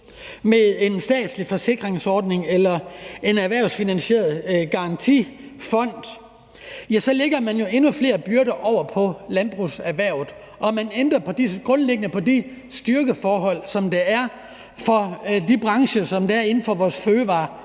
med en statslig forsikringsordning eller en erhvervsfinansieret garantifond, lægger man jo endnu flere byrder over på landbrugserhvervet, og man ændrer grundlæggende på det styrkeforhold, som der er i de brancher, der er inden for vores fødevareklynge.